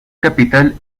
capital